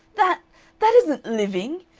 that that isn't living!